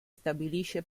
stabilisce